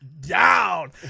down